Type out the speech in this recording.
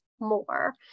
more